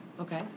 Okay